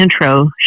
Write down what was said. intro